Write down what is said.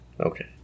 Okay